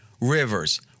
Rivers